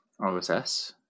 RSS